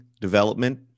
development